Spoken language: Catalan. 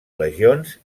legions